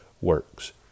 works